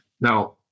Now